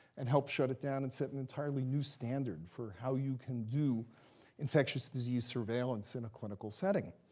and helped shut it down, and set an entirely new standard for how you can do infectious disease surveillance in a clinical setting.